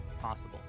possible